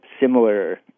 similar